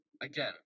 again